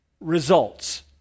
results